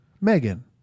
Megan